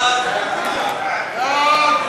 הצעת החוק עוברת